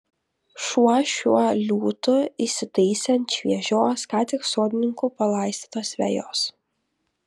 šuo šiuo liūtu įsitaisė ant šviežios ką tik sodininkų palaistytos vejos